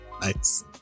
Nice